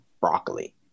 broccoli